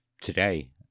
today